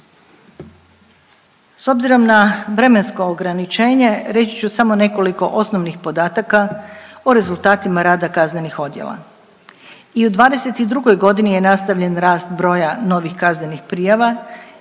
S obzirom na vremensko ograničenje reći ću samo nekoliko osnovnih podataka o rezultatima rada kaznenih odjela. I u '22.g. je nastavljen rast broja novih kaznenih prijava kojih je podneseno 41 tisuća 613 protiv